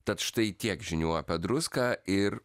tad štai tiek žinių apie druską ir